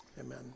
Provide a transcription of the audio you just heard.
Amen